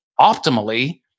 optimally